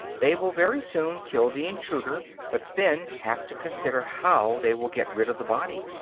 they will very soon kill the intruder, but then have to consider how they will get rid of the body.